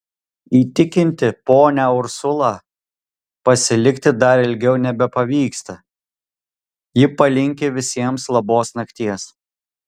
įtikinti ponią ursulą pasilikti dar ilgiau nebepavyksta ji palinki visiems labos nakties